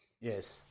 Yes